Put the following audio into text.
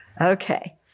Okay